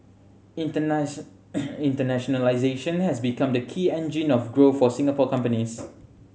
internationalisation has become the key engine of growth for Singapore companies